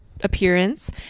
appearance